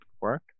work